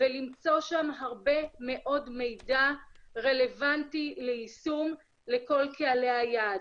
ולמצוא שם הרבה מאוד מידע רלוונטי ליישום לכל קהלי היעד.